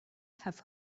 have